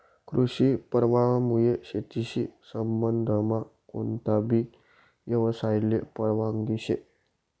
कृषी परवानामुये शेतीशी संबंधमा कोणताबी यवसायले परवानगी शे